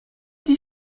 dit